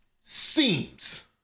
Seems